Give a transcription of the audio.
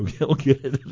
okay